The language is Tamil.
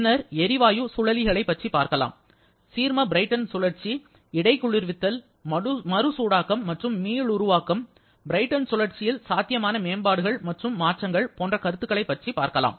பின்னர் எரிவாயு சுழலிகளைப் பற்றி பார்க்கலாம் சீர்ம பிரைட்டன் சுழற்சி இடைக்குளிர்வித்தல் மறு சூடாக்கம் மற்றும் மீளுருவாக்கம் பிரெய்டன் சுழற்சியில் சாத்தியமான மேம்பாடுகள் மற்றும் மாற்றங்கள் போன்ற கருத்துக்களை பற்றி பார்க்கலாம்